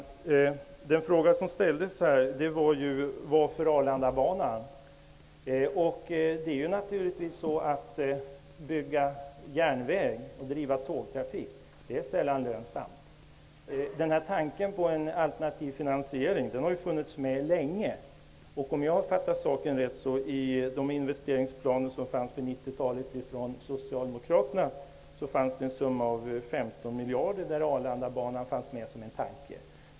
Herr talman! Den fråga som ställdes var: Varför Arlandabanan? Förklaringen är naturligtvis att det sällan är lönsamt att bygga järnväg och bedriva tågtrafik. Tanken på en alternativ finansiering har funnits med länge. Om jag har fattat saken rätt fanns Arlandabanan med som en tanke i de investeringsplaner, med en summa på 15 miljarder, som fanns för 90-talet från Socialdemokraterna.